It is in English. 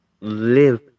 live